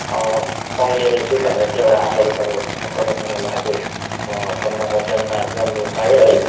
पाउने रहेछु भनेर चाहिँ एउटा आशाले तपाईँ तपाईँसँग यहाँ आज फोनमार्फत् जान्न जान्नु पाएँ है